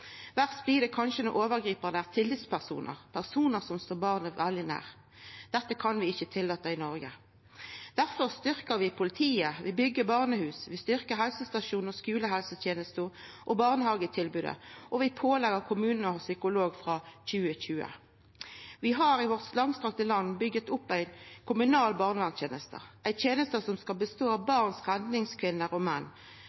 Verst blir det kanskje når overgriparane er tillitspersonar – personar som står barnet veldig nær. Dette kan vi ikkje tillata i Noreg. Difor styrkjer vi politiet, vi byggjer barnehus, vi styrkjer helsestasjonane, skulehelsetenesta og barnehagetilbodet, og vi pålegg kommunane å ha psykolog frå 2020. Vi har i vårt langstrakte land bygd opp ei kommunal barnevernsteneste – ei teneste som skal bestå av